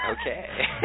Okay